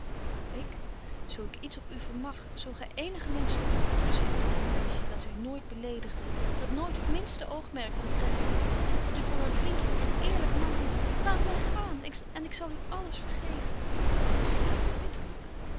ik zo ik iets op u vermag zo gy eenige menschelyke gevoelens hebt voor een meisje dat u nooit beledigde dat nooit het minste oogmerk omtrent u hadt dat u voor een vriend voor een eerlyk man hieldt laat my gaan en ik zal u alles vergeven ik